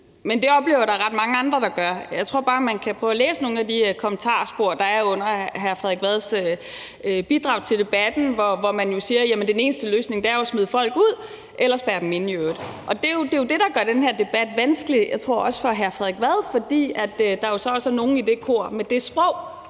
jeg at der er ret mange andre der gør. Man kan bare prøve at læse nogle af de kommentarspor, der er under hr. Frederik Vads bidrag til debatten, hvor det bliver sagt, at den eneste løsning er at smide folk ud eller i øvrigt spærre dem inde. Det er jo det, der gør den her debat vanskelig, også for hr. Frederik Vad, tror jeg, fordi der jo så også er nogle i det kor og med det sprog,